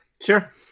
sure